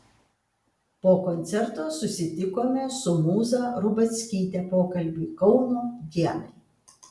po koncerto susitikome su mūza rubackyte pokalbiui kauno dienai